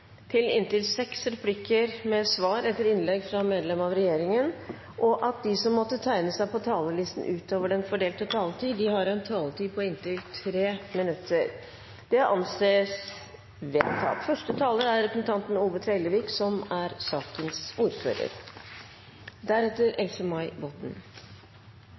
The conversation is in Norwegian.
til inntil seks replikker med svar etter innlegg fra medlem av regjeringen, og at de som måtte tegne seg på talerlisten utover den fordelte taletid, får en taletid på inntil 3 minutter. – Det anses vedtatt.